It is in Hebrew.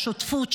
שותפות,